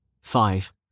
Five